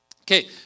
Okay